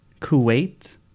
Kuwait